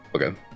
Okay